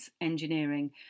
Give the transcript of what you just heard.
engineering